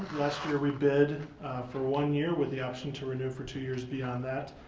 last year we bid for one year with the option to renew for two years beyond that.